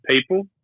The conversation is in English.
people